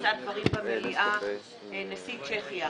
ויישא דברים את נשיא צ'כיה.